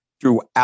throughout